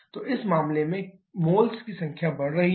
तो इस मामले में मोल्स की संख्या बढ़ रही है